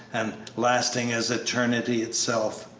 and lasting as eternity itself.